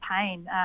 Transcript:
pain